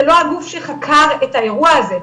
זה לא הגוף שחקר את האירוע הזה.